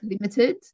limited